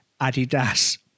Adidas